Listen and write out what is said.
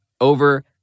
over